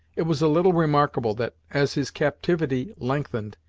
it was a little remarkable that, as his captivity lengthened,